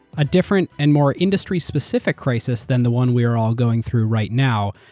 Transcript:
a different and more industry-specific crisis than the one we're all going through right now,